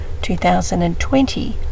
2020